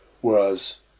whereas